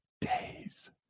days